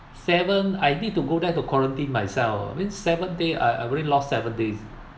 seven I need to go there to quarantine myself I mean seven day I I already lost seven days